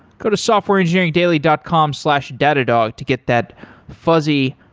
go to softwareengineeringdaily dot com slash datadog to get that fuzzy,